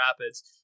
Rapids